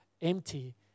empty